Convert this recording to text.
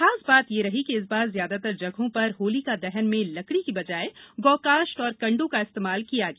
खास बात यह रही कि इस बार ज्यादातर जगहों पर होलिका दहन में लकड़ी के बजाय गौकाष्ठ और कंडों का इस्तेमाल किया गया